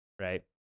right